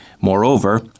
Moreover